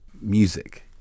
music